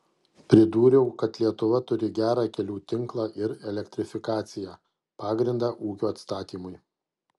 pridūriau kad lietuva turi gerą kelių tinklą ir elektrifikaciją pagrindą ūkio atstatymui